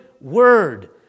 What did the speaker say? word